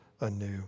anew